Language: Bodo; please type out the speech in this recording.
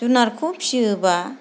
जुनारखौ फिसियोब्ला